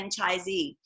franchisee